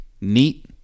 neat